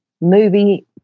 movie